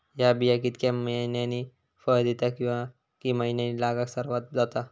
हया बिया कितक्या मैन्यानी फळ दिता कीवा की मैन्यानी लागाक सर्वात जाता?